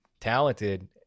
talented